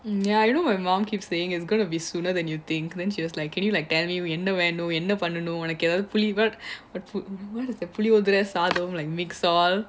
ya you know my mom keeps saying it's gonna be sooner than you think then she was like can you like tell me என்னவேணும்என்னபண்ணனும்: enna venum enna pannanum wh~ where is the puliyodarai sadam: puliyotharai chatham like mix all